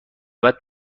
بعد